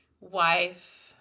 wife